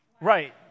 Right